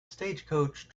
stagecoach